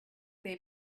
their